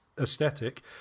aesthetic